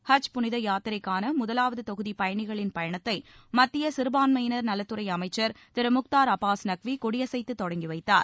ஹஜ் புனித யாத்திரைக்கான முதலாவது தொகுதி பயணிகளின் பயணத்தை மத்திய சிறுபான்மயினர் நலத்துறை அமைச்சர் திரு முக்தார் அப்பாஸ் நக்வி கொடியசைத்து தொடங்கி வைத்தார்